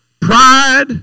Pride